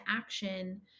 action